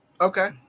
Okay